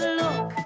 look